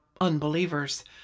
unbelievers